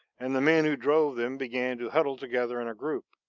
and the men who drove them began to huddle together in a group.